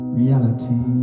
reality